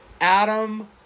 Adam